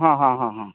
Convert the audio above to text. ᱦᱮᱸ ᱦᱮᱸ ᱦᱮᱸ ᱦᱮᱸ ᱦᱮᱸ